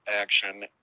action